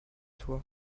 toi